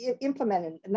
implemented